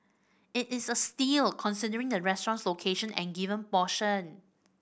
it is a steal considering the restaurant's location and given portion